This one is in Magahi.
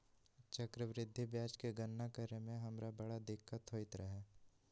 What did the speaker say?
चक्रवृद्धि ब्याज के गणना करे में हमरा बड़ दिक्कत होइत रहै